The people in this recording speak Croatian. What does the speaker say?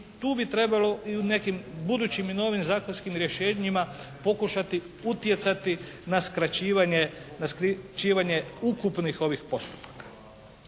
tu bi trebalo i u nekim budućim i novim zakonskim rješenjima pokušati utjecati na skraćivanje ukupnih ovih postupaka.